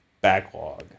backlog